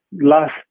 Last